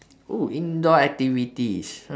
oo indoor activities